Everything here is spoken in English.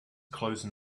closing